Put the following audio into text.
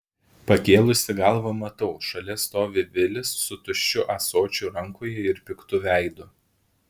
pakėlusi galvą matau šalia stovi vilis su tuščiu ąsočiu rankoje ir piktu veidu